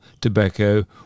tobacco